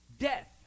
death